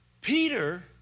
Peter